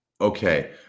Okay